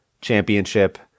championship